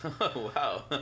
Wow